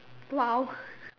!wow!